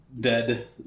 dead